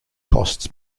costs